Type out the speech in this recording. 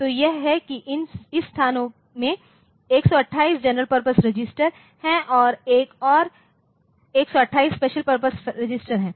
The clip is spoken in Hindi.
तो यह है कि इस स्थान में 128 जनरल पर्पस रजिस्टर हैं और एक और 128 स्पेशल फंक्शन रेजिटेर है